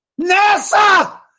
NASA